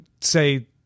say-